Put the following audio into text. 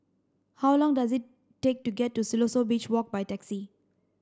how long does it take to get to Siloso Beach Walk by taxi